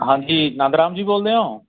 ਹਾਂਜੀ ਨੰਦ ਰਾਮ ਜੀ ਬੋਲਦੇ ਹੋ